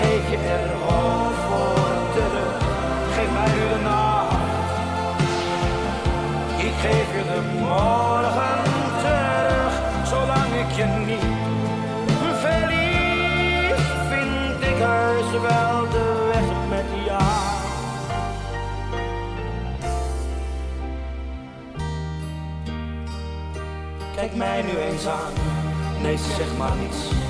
Ik erhoor voor terug. Geef mij uw nacht. Ik geef u de morgen terug. Zolang ik je niet verlies, vind ik heus wel de weg met jou. Kijk mij nu eens aan. Nee, ze zegt maar niets.